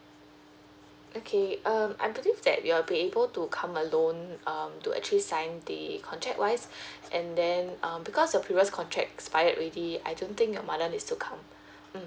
okay um I believe that you'll be able to come alone um to actually sign the contract wise and then um because the previous contract expired already I don't think your mother needs to come mm